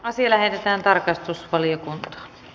asia lähetetään tarkastusvaliokuntaa